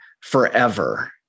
forever